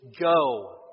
go